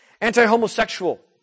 Anti-homosexual